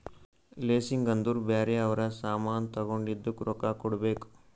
leasing ಅಂದುರ್ ಬ್ಯಾರೆ ಅವ್ರ ಸಾಮಾನ್ ತಗೊಂಡಿದ್ದುಕ್ ರೊಕ್ಕಾ ಕೊಡ್ಬೇಕ್